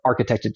architected